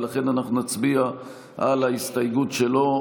ולכן נצביע על ההסתייגות שלו,